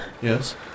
Yes